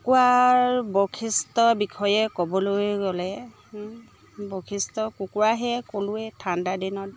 কুকুৰাৰ বৈশিষ্ট্যৰ বিষয়ে ক'বলৈ গ'লে বৈশিষ্ট্য কুকুৰা সেই ক'লোঁৱেই ঠাণ্ডা দিনত